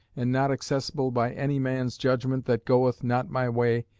and not accessible by any man's judgement that goeth not my way,